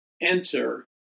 enter